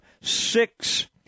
Six